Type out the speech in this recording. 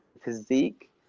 physique